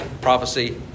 Prophecy